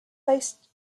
based